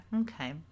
okay